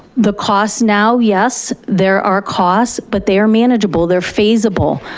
the cost now, yes, there are costs, but they are manageable, they're phaseable.